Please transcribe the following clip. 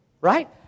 Right